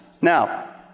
Now